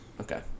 Okay